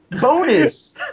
bonus